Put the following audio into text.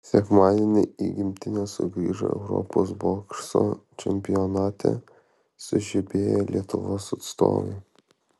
sekmadienį į gimtinę sugrįžo europos bokso čempionate sužibėję lietuvos atstovai